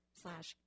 slash